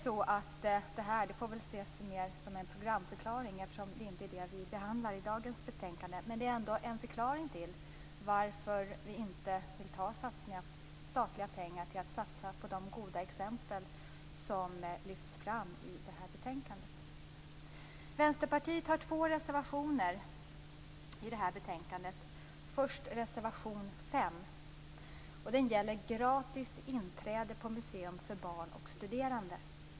Detta får ses mer som en programförklaring, eftersom det inte är denna fråga vi behandlar i dagens betänkande, men det är ändå en förklaring till varför vi inte vill satsa statliga pengar på de goda exempel som lyfts fram i detta betänkande. Vänsterpartiet har två reservationer i detta betänkande. Först tar jag upp reservation 5. Den gäller gratis inträde på museum för barn och studerande.